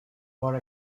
more